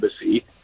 embassy